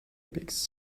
picks